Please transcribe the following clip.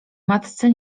matce